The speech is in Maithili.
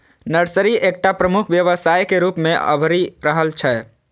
नर्सरी एकटा प्रमुख व्यवसाय के रूप मे अभरि रहल छै